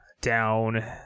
down